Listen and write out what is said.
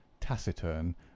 taciturn